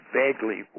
vaguely